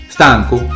Stanco